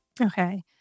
okay